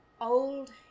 old